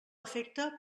efecte